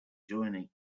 journey